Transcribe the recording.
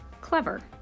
clever